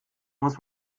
muss